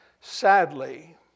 sadly